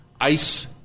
ice